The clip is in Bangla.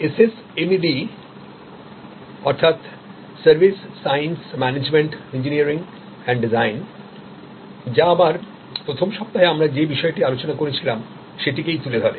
SSMED অর্থাৎ সার্ভিস সায়েন্স ম্যানেজমেন্ট ইঞ্জিনিয়ারিং এবং ডিজাইন যা আবার প্রথম সপ্তাহে আমরা যে বিষয়টি আলোচনা করেছিলাম সেইটিকে তুলে ধরে